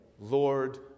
Lord